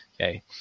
Okay